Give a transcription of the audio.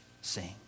sing